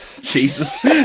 Jesus